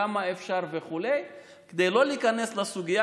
כמה אפשר וכו' כדי לא להיכנס לסוגיה,